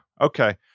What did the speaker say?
Okay